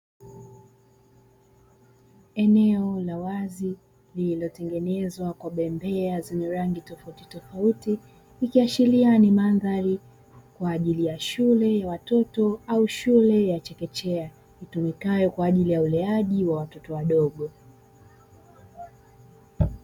Eneo la wazi lililotengenezwa kwa bembea zenye rangi tofauti tofauti, ikiashiria ni mandhari kwa ajili ya shule ya watoto au shule ya chekechea itumikayo kwa ajili ya uleaji wa watoto wadogo.